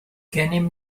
gennym